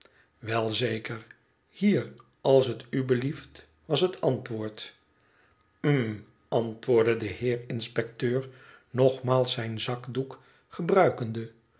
wel zeker hier als t u blieft was het antwoord hm antwoordde de heer inspecteur nogmaals zijn zakdoek ge